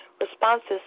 responses